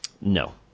No